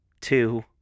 two